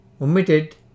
omitted